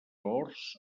horts